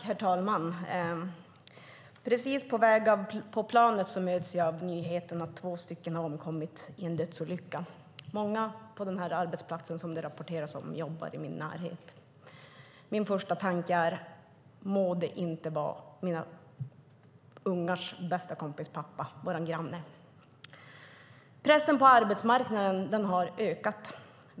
Herr talman! På väg av planet hit möts jag av nyheten att två stycken har omkommit i en dödsolycka. Många på arbetsplatsen det rapporteras om jobbar i min närhet. Min första tanke är: Må det inte vara mina ungars bästa kompis pappa, vår granne. Pressen på arbetsmarknaden har ökat.